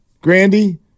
Grandy